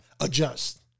adjust